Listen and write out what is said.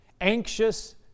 anxious